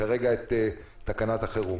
כרגע את תקנת החירום.